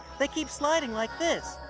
they keep sliding like this,